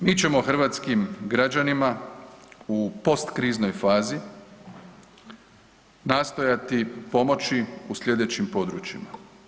Mi ćemo hrvatskim građanima u postkriznoj fazi nastojati pomoći u slijedećim područjima.